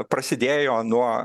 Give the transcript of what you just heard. prasidėjo nuo